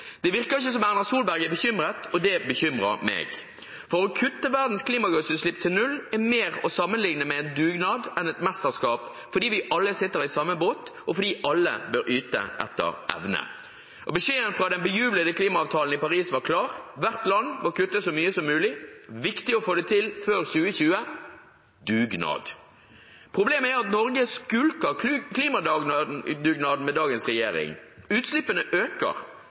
bekymrer meg. Å kutte verdens klimagassutslipp til null er mer å sammenlikne med en dugnad enn et mesterskap, fordi vi alle sitter i samme båt, og fordi alle bør yte etter evne. Beskjeden fra den bejublede klimaavtalen i Paris var klar: Hvert land må kutte så mye som mulig, og det er viktig å få det til før 2020 – dugnad. Problemet er at Norge skulker klimadugnaden med dagens regjering. Utslippene øker,